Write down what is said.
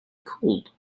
cold